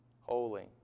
holy